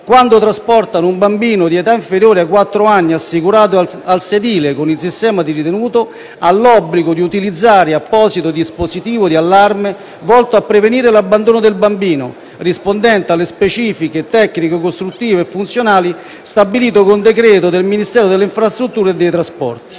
quando trasporta un bambino di età inferiore ai quattro anni, assicurato al sedile con il sistema di ritenuta, ha l'obbligo di utilizzare apposito dispositivo di allarme volto a prevenire l'abbandono del bambino, rispondente alle specifiche tecniche costruttive e funzionali stabilite con decreto del Ministero delle infrastrutture e dei trasporti.